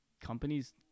companies